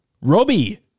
Robbie